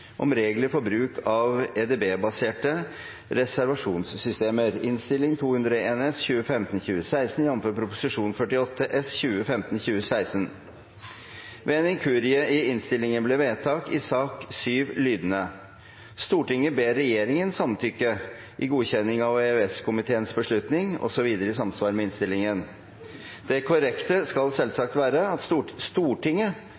om regler for bruk av EDB-baserte reservasjonssystemer Innst. 201 S , jf. Prop. 48 S Ved en inkurie i innstillingen ble vedtaket i sak nr. 7 lydende: «Stortinget ber regjeringen samtykke i godkjenning av EØS-komiteens beslutning» – og videre i samsvar med innstillingen. Det korrekte skal